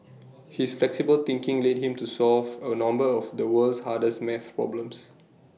his flexible thinking led him to solve A number of the world's hardest math problems